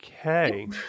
Okay